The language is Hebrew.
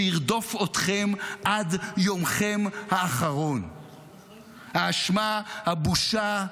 זה ירדוף אתכם עד יומכם האחרון, האשמה, הבושה,